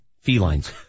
felines